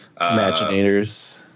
Imaginators